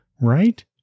Right